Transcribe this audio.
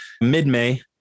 mid-May